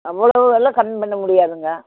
அவ்வளவெல்லாம் கம்மி பண்ணமுடியாதுங்க